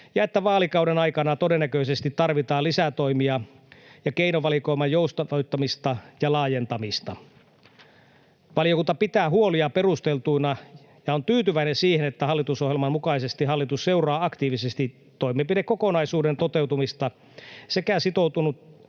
ja että vaalikauden aikana todennäköisesti tarvitaan lisätoimia ja keinovalikoiman joustavoittamista ja laajentamista. Valiokunta pitää huolia perusteltuina ja on tyytyväinen siihen, että hallitusohjelman mukaisesti hallitus seuraa aktiivisesti toimenpidekokonaisuuden toteutumista sekä on sitoutunut